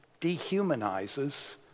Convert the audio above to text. dehumanizes